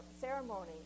ceremony